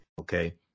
Okay